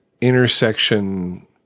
intersection